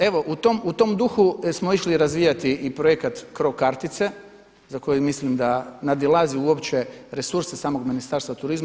Evo u tom duhu smo išli razvijati i projekat CRO kartice za koju mislim da nadilazi uopće resurse samog Ministarstva turizma.